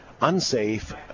unsafe